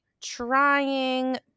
trying